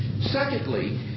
Secondly